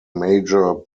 major